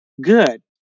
good